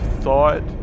thought